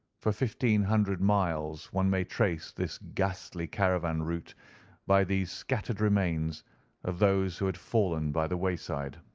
for fifteen hundred miles one may trace this ghastly caravan route by these scattered remains of those who had fallen by the wayside.